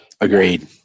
agreed